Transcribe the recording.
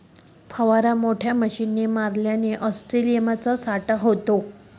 फवारा माराना मोठल्ला मशने ऑस्ट्रेलियामा सावठा शेतस